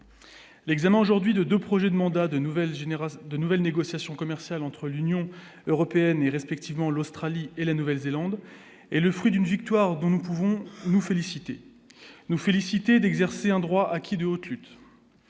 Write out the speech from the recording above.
L'examen aujourd'hui de 2 projets de mandat de nouvelle génération de nouvelles négociations commerciales entre l'Union européenne et respectivement l'Australie et la Nouvelle-Zélande est le fruit d'une victoire dont nous pouvons nous féliciter nous féliciter d'exercer un droit acquis de haute lutte,